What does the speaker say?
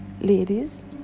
ladies